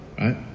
right